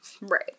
Right